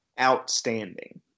outstanding